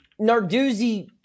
Narduzzi